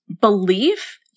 belief